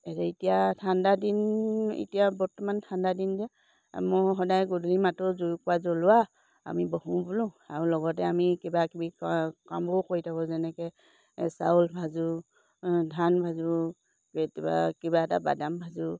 এতিয়া ঠাণ্ডা দিন এতিয়া বৰ্তমান ঠাণ্ডাদিন যে মই সদায় গধূলি মাতো জুই কোৰা জ্বলোৱা আমি বহু বোলো আৰু লগতে আমি কিবাকিবি কামবোৰ কৰি থাকোঁ যেনেকৈ চাউল ভাজোঁ ধান ভাজোঁ কেতিয়াবা কিবা এটা বাদাম ভাজোঁ